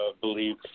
believe